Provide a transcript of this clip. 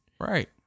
Right